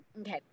okay